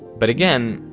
but again,